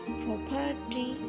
property